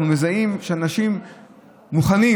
אנחנו מזהים שאנשים מוכנים,